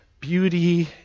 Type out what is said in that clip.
beauty